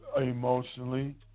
emotionally